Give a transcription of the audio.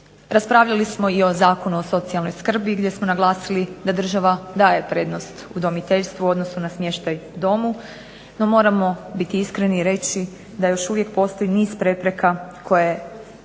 Raspravljali smo i o Zakonu o socijalnoj skrbi, gdje smo naglasili da država daje prednost udomiteljstvu, u odnosu na smještaj domu, no moramo biti iskreni i reći da još uvijek postoji niz prepreka koje